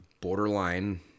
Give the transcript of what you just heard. borderline